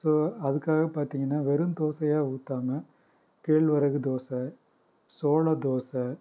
so அதுக்காக பார்த்தீங்கன்னா வெறும் தோசையாக ஊற்றாம கேழ்வரகு தோசை சோள தோசை